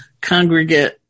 congregate